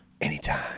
anytime